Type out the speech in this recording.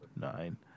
nine